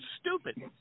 stupid